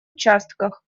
участках